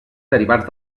derivats